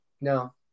No